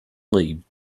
lay